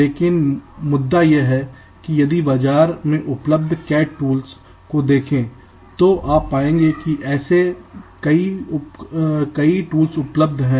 लेकिन मुद्दा यह है कि यदि आप बाजार में उपलब्ध CAD टूल्स को देखें तो आप पाएंगे कि ऐसे कई उपलब्ध उपकरण हैं